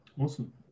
Awesome